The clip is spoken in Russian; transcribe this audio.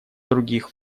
других